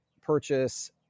purchase